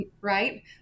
right